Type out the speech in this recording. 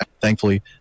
Thankfully